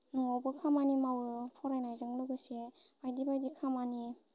नआवबो खामानि मावो फरायनायजों लोगोसे बाइदि बाइदि खामानि